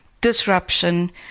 disruption